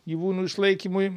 gyvūnų išlaikymui